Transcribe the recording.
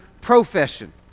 profession